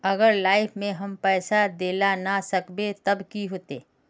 अगर लाइफ में हम पैसा दे ला ना सकबे तब की होते?